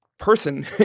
person